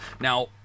Now